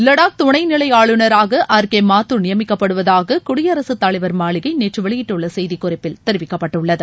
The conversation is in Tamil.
லடாக் துணைநிலை ஆளுநராக ஆர் கே மாத்துர் நியமிக்கப்படுவதாக குடியரசுத் தலைவர் மாளிகை நேற்று வெளியிட்டுள்ள செய்திகுறிப்பில் தெரிவிக்கப்பட்டுள்ளது